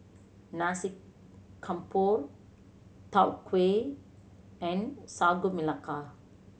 Nasi Campur Tau Huay and Sagu Melaka